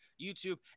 YouTube